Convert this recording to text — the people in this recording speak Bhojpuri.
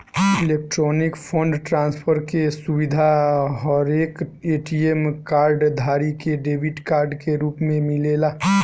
इलेक्ट्रॉनिक फंड ट्रांसफर के सुविधा हरेक ए.टी.एम कार्ड धारी के डेबिट कार्ड के रूप में मिलेला